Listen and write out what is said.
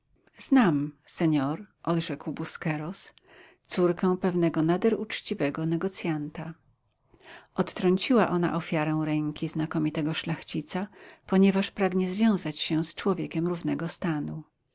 znam senor odrzekł busqueros córko pewnego nader uczciwego negocjanta odtrąciła ona ofiarę ręki znakomitego szlachcica ponieważ pragnie związać się z człowiekiem równego stanu